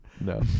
No